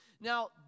Now